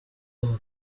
aka